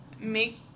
make